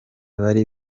bari